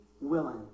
willing